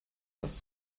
dass